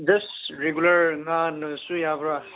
just regular ꯉꯥꯅꯁꯨ ꯌꯥꯕ꯭ꯔꯥ